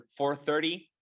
4:30